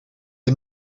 est